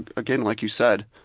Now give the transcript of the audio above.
again, like you said,